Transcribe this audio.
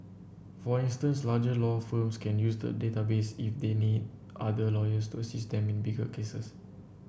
for instance larger law firms can use the database if they need other lawyers to assist them in bigger cases